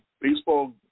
baseball